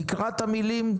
תקרא את המילים,